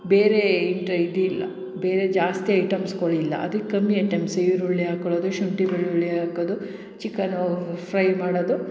ಬೇರೇ ಇಂಟ್ರ ಇದಿಲ್ಲ ಬೇರೆ ಜಾಸ್ತಿ ಐಟಮ್ಸ್ಗಳು ಇಲ್ಲ ಅದಕ್ಕೆ ಕಮ್ಮಿ ಐಟಮ್ಸ್ ಈರುಳ್ಳಿ ಹಾಕೊಳ್ಳೋದು ಶುಂಠಿ ಬೆಳ್ಳುಳ್ಳಿ ಹಾಕೋದು ಚಿಕನೂ ಫ್ರೈ ಮಾಡೋದು